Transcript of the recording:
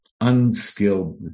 unskilled